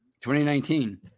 2019